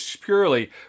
purely